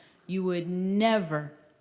you would never,